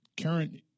current